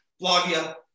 Flavia